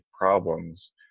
problems